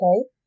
okay